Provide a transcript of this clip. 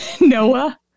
Noah